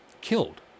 killed